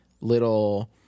little